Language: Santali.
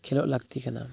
ᱠᱷᱮᱞᱳᱜ ᱞᱟᱹᱠᱛᱤ ᱠᱟᱱᱟ